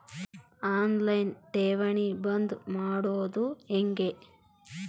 On line ಠೇವಣಿ ಬಂದ್ ಮಾಡೋದು ಹೆಂಗೆ?